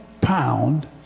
pound